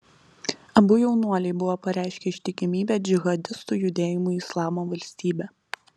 abu jaunuoliai buvo pareiškę ištikimybę džihadistų judėjimui islamo valstybė